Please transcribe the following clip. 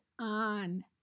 on